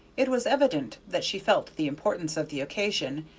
it was evident that she felt the importance of the occasion,